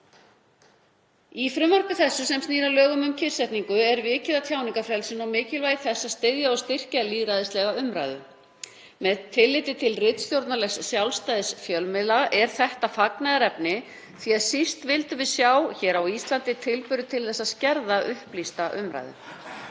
Í frumvarpi þessu sem snýr að lögum um kyrrsetningu, lögbann o.fl. er vikið að tjáningarfrelsinu og mikilvægi þess að styðja og styrkja lýðræðislega umræðu. Með tilliti til ritstjórnarlegs sjálfstæðis fjölmiðla er þetta fagnaðarefni því að síst vildum við sjá hér á Íslandi tilburði til þess að skerða upplýsta umræðu.